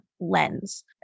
lens